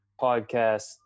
podcast